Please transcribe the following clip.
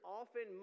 often